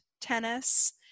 tennis